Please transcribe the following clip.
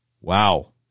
Wow